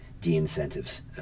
de-incentives